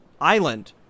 Island